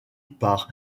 par